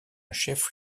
chef